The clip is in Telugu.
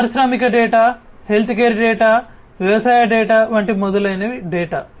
పారిశ్రామిక డేటా హెల్త్కేర్ డేటా వ్యవసాయ డేటా వంటి మొదలైన డేటా